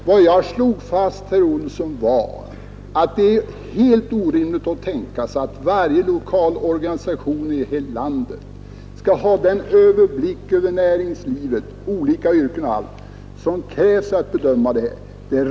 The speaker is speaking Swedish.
Anslag till Herr talman! Vad jag slog fast, herr Olsson i Stockholm, var att det är arbetsmarknad m.m. helt orimligt att tänka sig att varje lokalorganisation i det här landet skall ha den överblick över näringslivet — olika yrken och allt — som krävs för att bedöma det här.